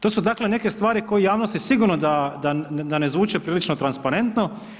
To su, dakle, neke stvari koje javnost sigurno da ne zvuče prilično transparentno.